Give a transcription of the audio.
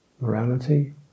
morality